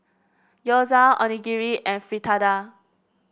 Gyoza Onigiri and Fritada